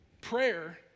Prayer